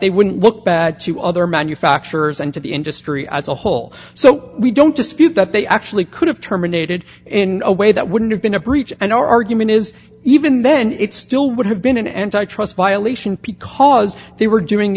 they wouldn't look bad to other manufacturers and to the industry as a whole so we don't dispute that they actually could have terminated in a way that wouldn't have been a breach and our argument is even then it still would have been an antitrust violation p cause they were doing